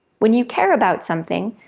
when you care about something,